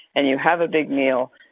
and you have a big meal.